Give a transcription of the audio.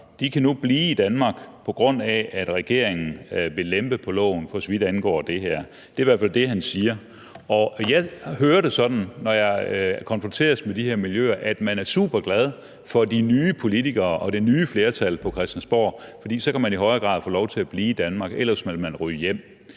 kan blive i Danmark, på grund af at regeringen vil lempe på loven, for så vidt angår det her. Det er i hvert fald det, han siger. Og jeg hører det sådan, når jeg konfronteres med de her miljøer, at man er superglad for de nye politikere og det nye flertal, for så kan man i højere grad få lov til at blive i Danmark – ellers ville man ryge hjem.